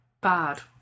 bad